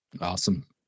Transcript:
Awesome